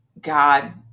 God